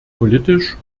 politisch